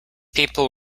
people